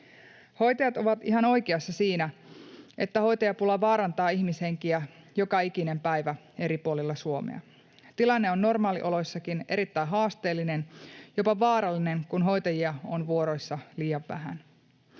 Hoitajat ovat ihan oikeassa siinä, että hoitajapula vaarantaa ihmishenkiä joka ikinen päivä eri puolilla Suomea. Tilanne on normaalioloissakin erittäin haasteellinen, jopa vaarallinen, kun hoitajia on vuoroissa liian vähän.